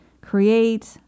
create